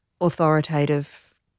authoritative